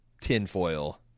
tinfoil